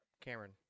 Cameron